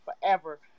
forever